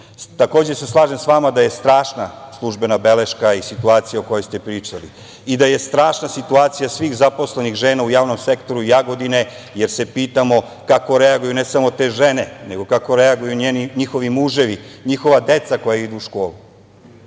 moguće. Takođe se slažem sa vama da je strašna službena beleška i situacija o kojoj ste pričali i da je strašna situacija svih zaposlenih žena u javnom sektoru Jagodine, jer se pitamo kako reaguju ne samo te žene, nego kako reaguju i njihovi muževi, njihova deca koja idu u školu.